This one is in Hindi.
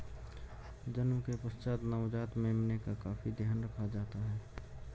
जन्म के पश्चात नवजात मेमने का काफी ध्यान रखा जाता है